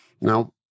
Now